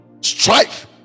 Strife